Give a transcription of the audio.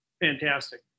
Fantastic